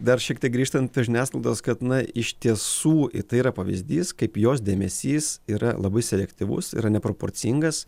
dar šiek tiek grįžtant prie žiniasklaidos kad na iš tiesų tai yra pavyzdys kaip jos dėmesys yra labai selektyvus yra neproporcingas